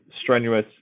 strenuous